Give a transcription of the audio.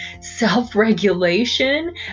Self-regulation